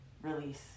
release